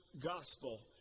gospel